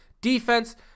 Defense